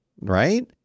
right